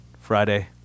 Friday